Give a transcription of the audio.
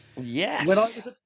Yes